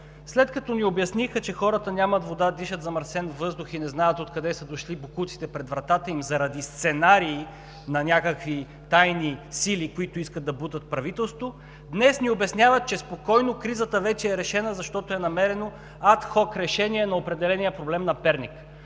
След като ни обясниха, че хората нямат вода, дишат замърсен въздух и не знаят откъде са дошли боклуците пред вратата им заради сценарии на някакви тайни сили, които искат да бутат правителството, днес ни обясняват, че, спокойно, кризата вече е решена, защото е намерено ад хок решение на определения проблем на Перник.